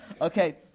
Okay